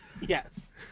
Yes